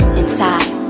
inside